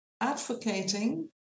advocating